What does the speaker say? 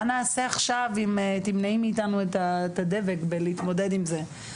מה נעשה עכשיו אם תמנעי מאיתנו את הדבק בלהתמודד עם זה?